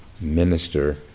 minister